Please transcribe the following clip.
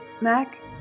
Mac